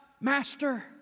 Master